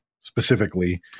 specifically